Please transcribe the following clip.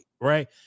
right